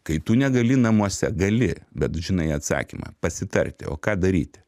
kai tu negali namuose gali bet žinai atsakymą pasitarti o ką daryti